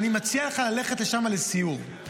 ואני מציע לך ללכת לשם לסיור.